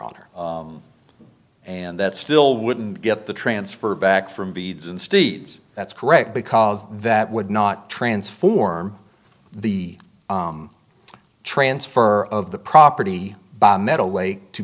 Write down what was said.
honor and that still wouldn't get the transfer back from beads and steeds that's correct because that would not transform the transfer of the property by metal lake to